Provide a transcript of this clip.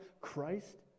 Christ